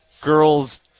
girls